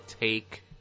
take